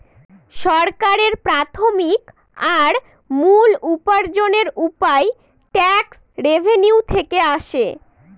সরকারের প্রাথমিক আর মূল উপার্জনের উপায় ট্যাক্স রেভেনিউ থেকে আসে